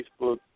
Facebook